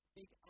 Big